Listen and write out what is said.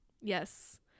Yes